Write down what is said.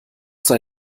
sei